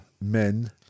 men